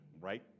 right